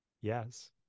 yes